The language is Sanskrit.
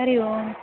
हरि ओम्